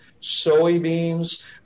soybeans